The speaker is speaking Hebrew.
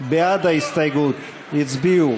נגד ההסתייגות הצביעו